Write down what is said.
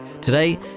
Today